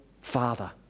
Father